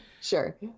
Sure